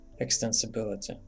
Extensibility